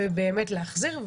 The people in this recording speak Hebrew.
ובאמת להחזיר,